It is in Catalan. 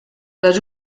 les